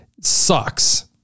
sucks